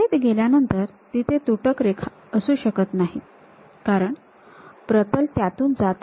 छेद गेल्यानंतर तिथे तुटक रेखा असू शकत नाहीत कारण प्रतल त्यातून जात आहे